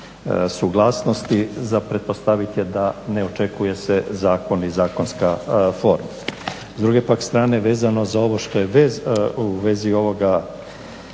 suglasnosti, za pretpostavit je da ne očekuje se zakon i zakonska forma. S druge pak strane vezano za ovo što je u vezi ovoga